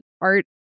art